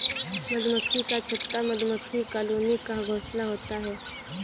मधुमक्खी का छत्ता मधुमक्खी कॉलोनी का घोंसला होता है